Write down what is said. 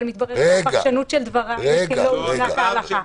אבל מסתבר שהפרשנות של דבריי לא הובנה כהלכה.